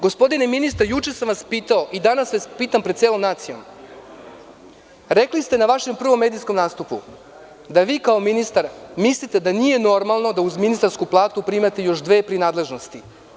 Gospodine ministre, juče sam vas pitao i danas vas pitam pred celom nacijom, rekli ste na vašem prvom medijskom nastupu da vi, kao ministar, mislite da nije normalno da uz ministarsku platu primate još dve prinadležnosti.